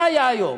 מה היה היום.